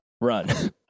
Run